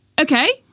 okay